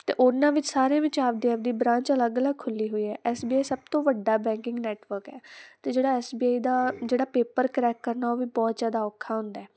ਅਤੇ ਉਹਨਾਂ ਵਿੱਚ ਸਾਰਿਆਂ ਵਿੱਚ ਆਪਦੇ ਆਪਦੀ ਬਰਾਂਚ ਅਲੱਗ ਅਲੱਗ ਖੁੱਲ੍ਹੀ ਹੋਈ ਹੈ ਐਸ ਬੀ ਆਈ ਸਭ ਤੋਂ ਵੱਡਾ ਬੈਂਕਿੰਗ ਨੈਟਵਰਕ ਹੈ ਅਤੇ ਜਿਹੜਾ ਐਸ ਬੀ ਆਈ ਦਾ ਜਿਹੜਾ ਪੇਪਰ ਕਰੈਕ ਕਰਨਾ ਉਹ ਵੀ ਬਹੁਤ ਜ਼ਿਆਦਾ ਔਖਾ ਹੁੰਦਾ